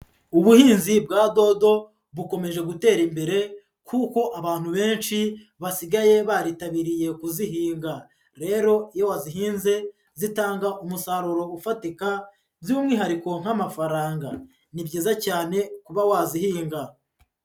Ubuhinzi bwa dodo bukomeje gutera imbere kuko abantu benshi basigaye baritabiriye kuzihinga rero iyo wazihinze, zitanga umusaruro ufatika by'umwihariko nk'amafaranga, ni byiza cyane kuba wazihinga.